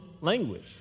language